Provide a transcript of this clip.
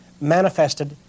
manifested